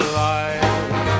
life